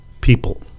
people